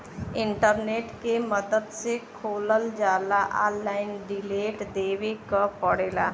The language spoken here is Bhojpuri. इंटरनेट के मदद से खोलल जाला ऑनलाइन डिटेल देवे क पड़ेला